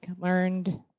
learned